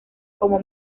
como